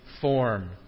form